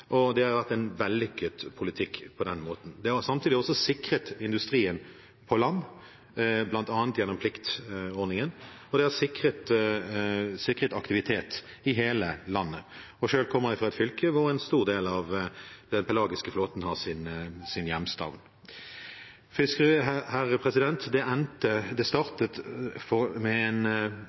og det har vært en vellykket politikk på den måten. Det har samtidig også sikret industrien på land, bl.a. gjennom pliktordningen, og det har sikret aktivitet i hele landet. Selv kommer jeg fra et fylke hvor en stor del av den pelagiske flåten har sin hjemstavn. Det startet med et forslag om å stoppe all fiskeripolitikk i Norge. Det har endt med et vedtak om å få en